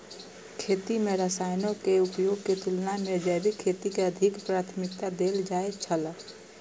खेती में रसायनों के उपयोग के तुलना में जैविक खेती के अधिक प्राथमिकता देल जाय छला